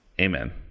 Amen